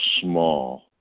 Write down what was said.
small